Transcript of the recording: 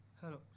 Hello